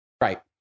Right